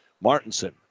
Martinson